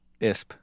ISP